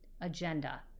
agenda